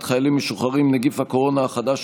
חיילים משוחררים (נגיף הקורונה החדש,